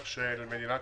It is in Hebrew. הקרנות,